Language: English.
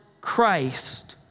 Christ